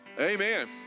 Amen